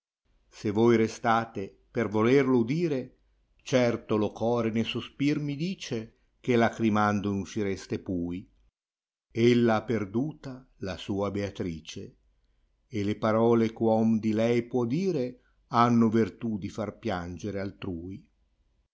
se voi restate per volerlo udire certo lo core ne sospir mi dice che lagrimando n'uscireste pui ella ha perduta la sua beatrice e le parole eh uom di lei può dire hanno vertù di far piangere altrul